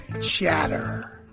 chatter